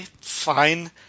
fine